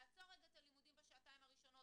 לעצור רגע את הלימודים בשעתיים הראשונות